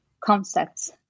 concepts